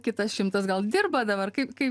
kitas šimtas gal dirba dabar kaip